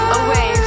away